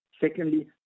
Secondly